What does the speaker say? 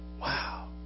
Wow